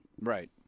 Right